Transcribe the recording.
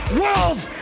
world's